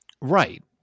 Right